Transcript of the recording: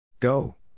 Go